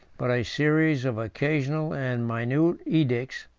but a series, of occasional and minute edicts,